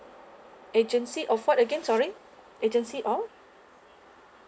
agency of what again sorry agency of